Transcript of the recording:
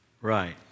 Right